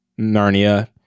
Narnia